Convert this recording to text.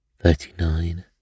Thirty-nine